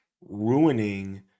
ruining